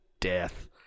death